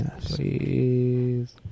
Please